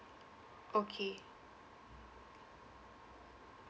okay